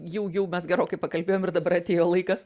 jau jau gerokai pakalbėjom ir dabar atėjo laikas